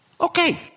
Okay